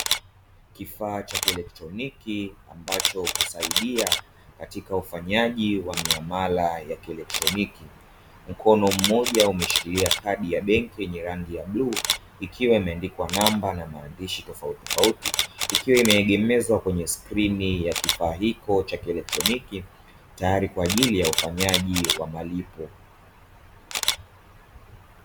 Kifaa cha kielektroniki ambacho husaidia katika ufanyaji wa miamala ya kielekroniki. Mkono mmoja umeshikilia kadi ya benki lenye rangi ya buluu ikiwa imeandikwa namba na maandishi tofautitofauti ikiwa imeegemezwa kwenye skrini ya kifaa hicho cha kielektroniki tayari kwa ajili ya ufanyaji wa malipo.